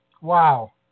wow